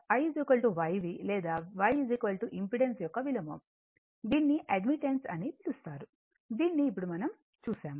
లేదా I YV లేదా Y impedance యొక్క విలోమం దీనిని అడ్మిటెన్స్ అని పిలుస్తారు దీనిని ఇప్పుడు మనం చూశాము